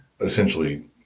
essentially